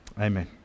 Amen